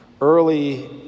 Early